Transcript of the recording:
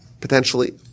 potentially